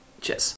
Cheers